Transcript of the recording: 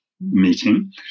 meeting